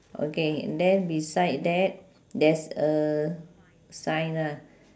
okay and then beside that there's a sign ah